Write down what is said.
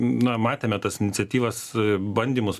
na matėme tas iniciatyvas bandymus